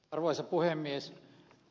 arvoisa puhemies